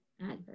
Adverb